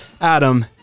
Adam